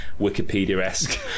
wikipedia-esque